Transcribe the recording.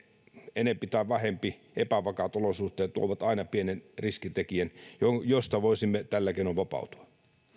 enempi tai vähempi epävakaat olosuhteet luovat aina pienen riskitekijän josta josta voisimme tällä keinoin vapautua